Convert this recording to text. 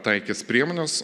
taikys priemones